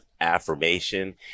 affirmation